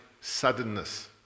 suddenness